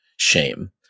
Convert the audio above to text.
Shame